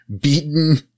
beaten